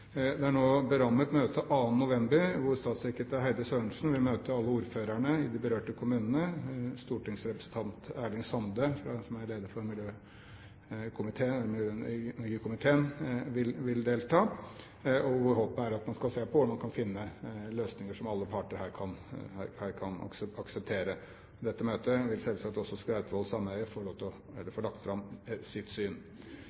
det, er det nå berammet et møte den 2. november, hvor statssekretær Heidi Sørensen vil møte alle ordførerne i de berørte kommunene. Stortingsrepresentant Erling Sande, som er leder for miljøkomiteen, vil delta. Og håpet er at man skal se på hvordan man kan finne løsninger som alle parter kan akseptere. I dette møtet vil selvsagt også Skrautvål sameige få lagt fram sitt syn. I og med at behandlingen ikke er kommet til et sluttpunkt, er det ikke naturlig for meg å